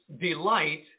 delight